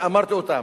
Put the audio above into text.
שאמרתי אותם,